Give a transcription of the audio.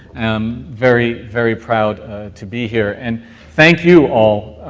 i'm very, very proud to be here. and thank you, all,